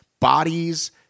bodies